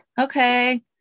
Okay